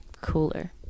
cooler